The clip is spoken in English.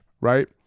right